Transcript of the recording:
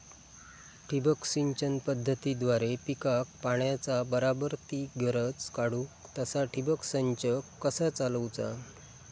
ठिबक सिंचन पद्धतीद्वारे पिकाक पाण्याचा बराबर ती गरज काडूक तसा ठिबक संच कसा चालवुचा?